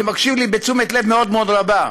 שמקשיב לי בתשומת לב מאוד מאוד רבה,